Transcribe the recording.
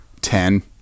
Ten